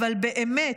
אבל באמת,